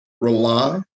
rely